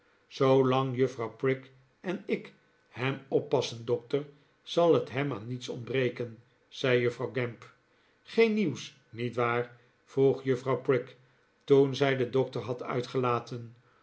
zoolang juffrouw prig en ik hem oppassen dokter zal het hem aan niets ontbreken zei juffrouw gamp geen nieuws niet waar vroeg juffrouw prig toen zij den dokter had uitgelaten